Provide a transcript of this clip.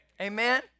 Amen